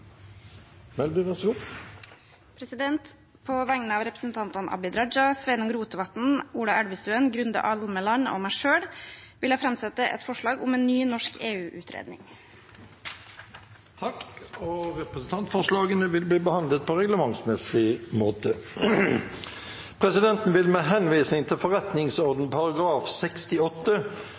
Melby vil framsette et representantforslag. På vegne av representantene Abid Raja, Sveinung Rotevatn, Ola Elvestuen, Grunde Almeland og meg selv vil jeg framsette et forslag om en ny norsk EU-utredning. Forslagene vil bli behandlet på reglementsmessig måte. Presidenten vil med henvisning til forretningsordenens § 68